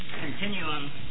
continuum